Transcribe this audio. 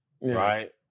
right